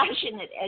passionate